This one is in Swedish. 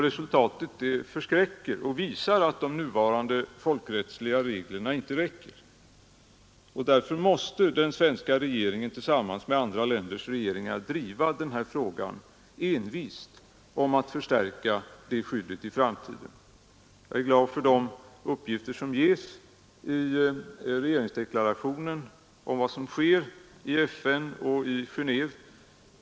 Resultaten förskräcker och visar att de nuvarande folkrättsliga reglerna inte räcker. Därför måste den svenska regeringen tillsammans med andra länders regeringar envist driva frågan om att förstärka skyddet i framtiden. Jag är glad för de uppgifter som ges i regeringsdeklarationen om vad som sker i FN och Genéve.